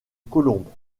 colombes